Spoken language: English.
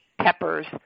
peppers